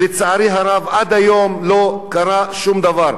לצערי הרב, עד היום לא קרה שום דבר.